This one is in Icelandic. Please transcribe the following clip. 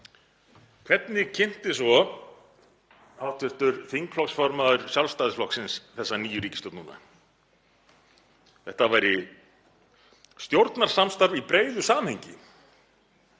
Hvernig kynnti svo hv. þingflokksformaður Sjálfstæðisflokksins þessa nýju ríkisstjórn núna? Þetta væri stjórnarsamstarf í breiðu samhengi.